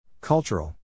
Cultural